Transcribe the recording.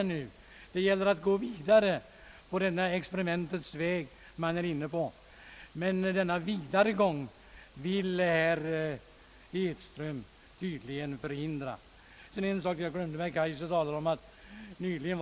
Det gäller att gå vidare på denna experimentens väg, men detta vill herr Edström tydligen förhindra. Det var en sak jag glömde.